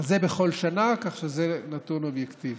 זה כך בכל שנה, כך שזה נתון אובייקטיבי.